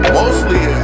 mostly